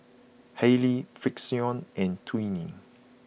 Haylee Frixion and Twinings